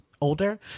older